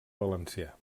valencià